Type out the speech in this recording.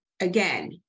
Again